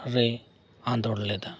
ᱨᱮ ᱟᱸᱫᱳᱲ ᱞᱮᱫᱟ